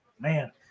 Man